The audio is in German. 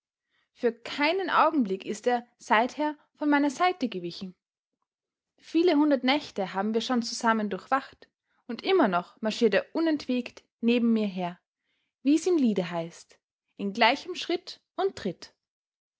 für keinen augenblick ist er seither von meiner seite gewichen viele hundert nächte haben wir schon zusammen durchwacht und immer noch marschiert er unentwegt neben mir her wie's im liede heißt in gleichem schritt und tritt